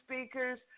speakers